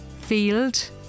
Field